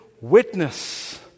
witness